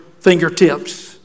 fingertips